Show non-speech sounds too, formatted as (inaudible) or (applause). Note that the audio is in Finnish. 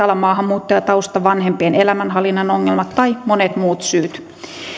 (unintelligible) olla maahanmuuttajatausta vanhempien elämänhallinnan ongelmat tai monet muut syyt